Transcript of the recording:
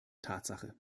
tatsache